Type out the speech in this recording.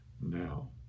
now